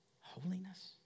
Holiness